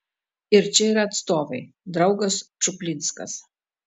ir čia yra atstovai draugas čuplinskas